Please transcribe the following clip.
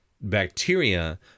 bacteria